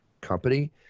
company